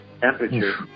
temperature